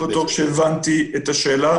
אני לא בטוח שהבנתי את השאלה.